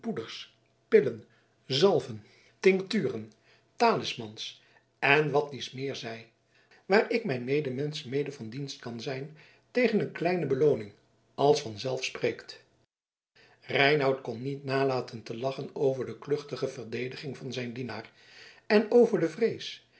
pillen zalven tincturen talismans en wat dies meer zij waar ik mijn medemensen mede van dienst kan zijn tegen een kleine belooning als vanzelf spreekt reinout kon niet nalaten te lachen over de kluchtige verdediging van zijn dienaar en over de vrees